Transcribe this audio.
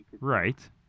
Right